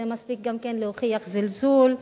זה מספיק גם להוכיח זלזול,